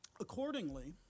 Accordingly